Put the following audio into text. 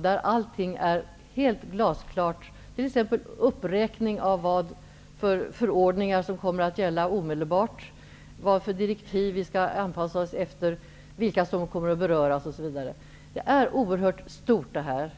där allting är helt glasklart, med t.ex. en uppräkning av vilka förordningar som kommer att gälla omedelbart, vilka direktiv vi skall anpassa oss efter, vilka som kommer att beröras, osv. Det är ett oerhört stort avtal.